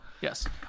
yes